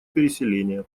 переселения